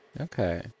Okay